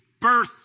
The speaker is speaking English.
birth